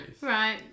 Right